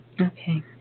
Okay